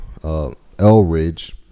Elridge